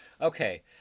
Okay